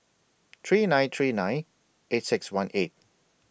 three nine three nine eight six one eight